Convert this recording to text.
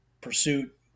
pursuit